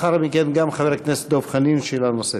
לאחר מכן, גם חבר הכנסת דב חנין, שאלה נוספת.